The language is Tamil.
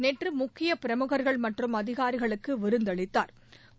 நேற்று முக்கிய பிரமுகள்கள் மற்றும் அதிகாரிகளுக்கு விருந்தளித்தாா்